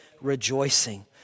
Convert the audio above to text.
rejoicing